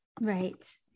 Right